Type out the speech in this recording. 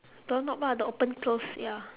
doorknob ah the open close ya